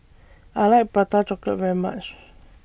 I like Prata Chocolate very much